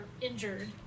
injured